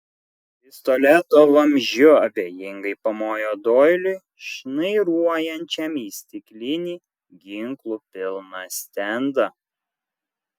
pistoleto vamzdžiu abejingai pamojo doiliui šnairuojančiam į stiklinį ginklų pilną stendą